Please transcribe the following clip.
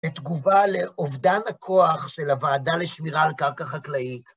בתגובה לאובדן הכוח של הוועדה לשמירה על קרקע חקלאית.